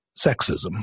sexism